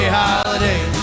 holiday